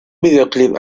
videoclip